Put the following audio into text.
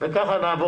וכך נעשה